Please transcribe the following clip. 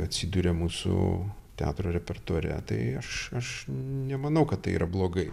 atsiduria mūsų teatro repertuare tai aš aš nemanau kad tai yra blogai